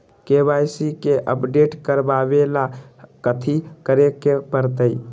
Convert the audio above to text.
KYC के update करवावेला कथि करें के परतई?